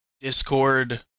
Discord